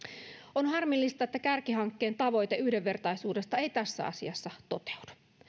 on harmillista että kärkihankkeen tavoite yhdenvertaisuudesta ei tässä asiassa toteudu